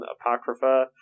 Apocrypha